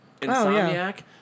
Insomniac